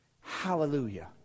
Hallelujah